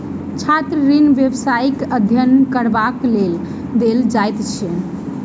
छात्र ऋण व्यवसायिक अध्ययन करबाक लेल देल जाइत अछि